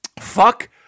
Fuck